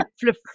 flip